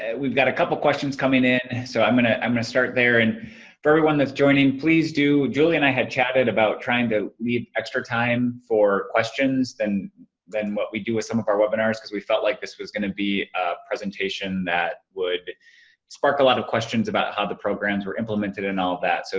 and we've got a couple questions coming in, in, so i'm gonna um gonna start there. and for everyone that's joining, please do. julie and i had chatted about trying to leave extra time for questions, than than what we do with some of our webinars, cause we felt like this was gonna be a presentation that would spark a lot of questions about how the programs were implemented and all that. so